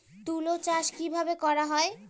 তুলো চাষ কিভাবে করা হয়?